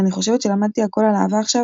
"אני חושבת שלמדתי הכל על אהבה עכשיו",